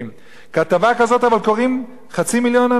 כתבה כזאת אבל קוראים חצי מיליון אנשים.